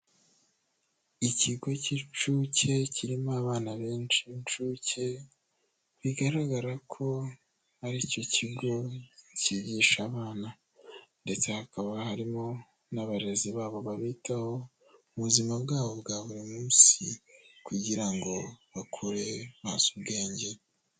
Ikigo cy'incuke kirimo abana benshi b'incuke, bigaragara ko aricyo kigo cyigisha abana ndetse hakaba harimo n'abarezi babo babitaho mu buzima bwabo bwa buri munsi kugira ngo bakure bazi ubwenge.